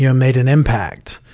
you know made an impact.